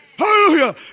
Hallelujah